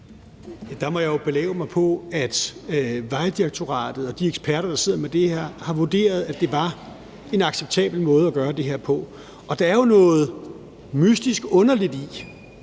Der må jeg jo læne mig op ad, at Vejdirektoratet og de eksperter, der sidder med det her, har vurderet, at det var en acceptabel måde gøre det her på. Der er jo noget mystisk og underligt i,